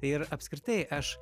ir apskritai aš